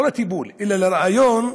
לא לטיפול, אלא לריאיון,